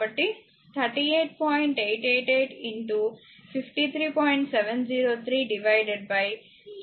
703 అవుతుంది